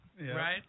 Right